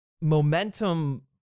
momentum